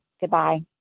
Goodbye